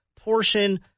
Portion